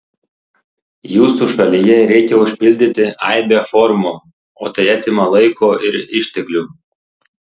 jūsų šalyje reikia užpildyti aibę formų o tai atima laiko ir išteklių